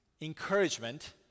encouragement